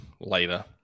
later